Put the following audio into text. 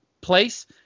place